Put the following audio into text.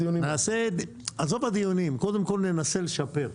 עזוב הדיונים, קודם כל ננסה לשפר.